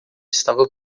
estava